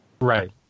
Right